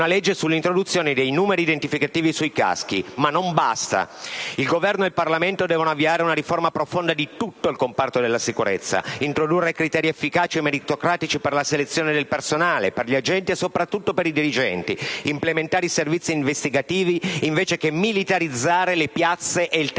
una legge sull'introduzione dei numeri identificativi sui caschi. Ma non basta! Il Governo e il Parlamento devono avviare una riforma profonda di tutto il comparto della sicurezza; introdurre criteri efficaci e meritocratici per la selezione del personale, per gli agenti e soprattutto per i dirigenti; implementare i servizi investigativi invece che militarizzare le piazze e il territorio.